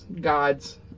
gods